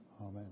amen